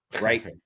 right